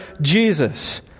Jesus